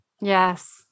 Yes